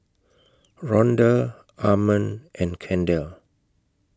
Ronda Armond and Kendell